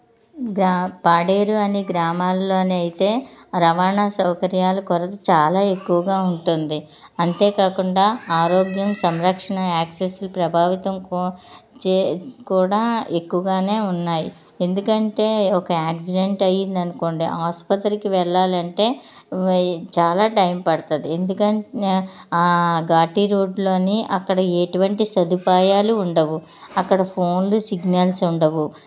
గా పాడేరు అనే గ్రామాలలో అయితే రవాణా సౌకర్యాలు కొరత చాలా ఎక్కువగా ఉంటుంది అంతేకాకుండా ఆరోగ్యం సంరక్షణ యాక్సెస్లు ప్రభావితం కో చే కూడా ఎక్కువగా ఉన్నాయి ఎందుకంటే ఒక యాక్సిడెంట్ అయ్యింది అనుకోండి ఆసుపత్రికి వెళ్ళాలంటే వై చాలా టైం పడుతుంది ఎందుకం ఘాట్ రోడ్లు అని అక్కడ ఎటువంటి సదుపాయాలు ఉండవు అక్కడ ఫోన్లు సిగ్నల్స్ ఉండవు